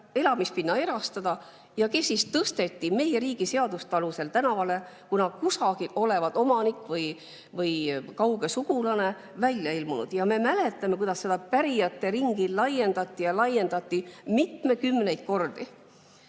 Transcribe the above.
elamispinna erastada ja kes tõsteti meie riigi seaduste alusel tänavale, kuna kusagilt ilmus omanik või kauge sugulane välja. Ja me mäletame, kuidas seda pärijate ringi laiendati ja laiendati mitmekümneid kordi.